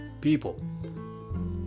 people